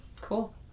Cool